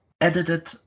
edited